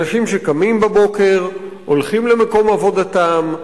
אנשים שקמים בבוקר, הולכים למקום עבודתם,